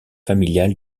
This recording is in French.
familiales